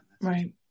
Right